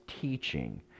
teaching